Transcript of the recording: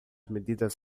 medidas